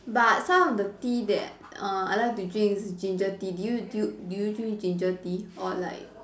but some of the tea that err I like to drink is ginger tea do you do you do you drink ginger tea or like